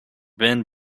been